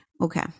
Okay